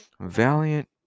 Valiant